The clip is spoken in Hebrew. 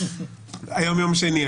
היום יום שני.